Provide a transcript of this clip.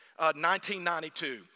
1992